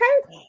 okay